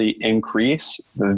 increase